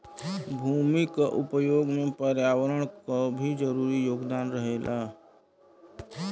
भूमि क उपयोग में पर्यावरण क भी जरूरी योगदान रहेला